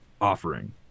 offering